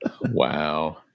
Wow